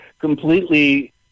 completely